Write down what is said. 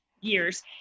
years